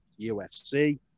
UFC